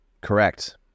Correct